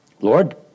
Lord